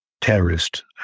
terrorist